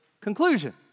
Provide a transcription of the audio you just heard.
conclusion